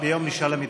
ביום משאל המתפקדים.